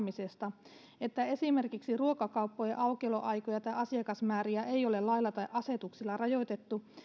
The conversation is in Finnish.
ravintoloiden avaamisesta että esimerkiksi ruokakauppojen aukioloaikoja tai asiakasmääriä ei ole lailla tai asetuksilla rajoitettu